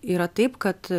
yra taip kad